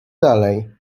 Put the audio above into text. dalej